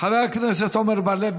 הכנסת עמר בר-לב,